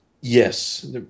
Yes